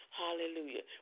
hallelujah